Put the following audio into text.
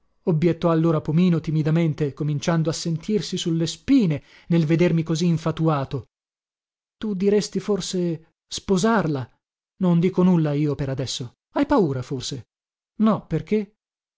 obbiettò allora pomino timidamente cominciando a sentirsi sulle spine nel vedermi così infatuato tu diresti forse sposarla non dico nulla io per adesso hai paura forse no perché